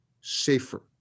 safer